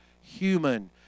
human